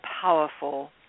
powerful